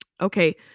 Okay